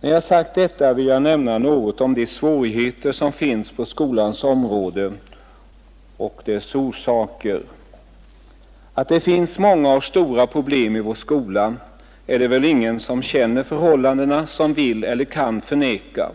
När jag sagt detta vill jag nämna något om de svårigheter som finns på skolans område och deras orsaker. Att det finns många och stora problem i vår skola är det väl ingen som känner förhållandena som vill eller kan förneka.